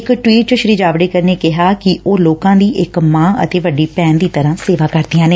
ਇਕ ਟਵੀਟ ਚ ਸ੍ਰੀ ਜਾਵੜੇਕਰ ਨੇ ਕਿਹਾ ਕਿ ਉਹ ਲੋਕਾਂ ਦੀ ਇਕ ਮਾਂ ਅਤੇ ਵੱਡੀ ਭੈਣ ਦੀ ਤਰਾਂ ਸੇਵਾ ਕਰਦੀਆਂ ਨੇ